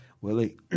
Willie